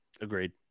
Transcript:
Agreed